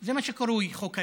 זה מה שקרוי חוק האזרחות.